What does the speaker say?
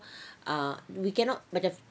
ah we cannot macam